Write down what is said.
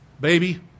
baby